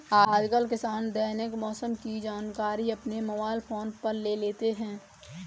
आजकल किसान दैनिक मौसम की जानकारी अपने मोबाइल फोन पर ले लेते हैं